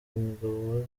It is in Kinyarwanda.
umugabo